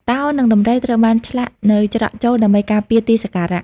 តោ និង ដំរី ត្រូវបានឆ្លាក់នៅច្រកចូលដើម្បីការពារទីសក្ការៈ។